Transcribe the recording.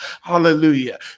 Hallelujah